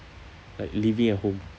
like living at home